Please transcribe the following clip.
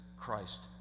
Christ